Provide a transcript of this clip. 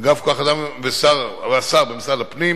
אגף כוח-אדם והשר במשרד הפנים